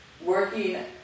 working